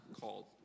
called